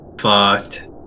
fucked